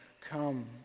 come